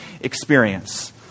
experience